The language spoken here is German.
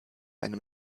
einem